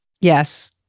Yes